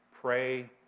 pray